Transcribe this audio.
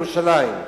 בירושלים.